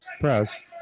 press